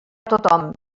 tothom